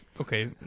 okay